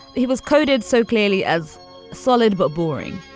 he was coded so clearly as solid but boring.